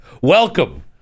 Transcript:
Welcome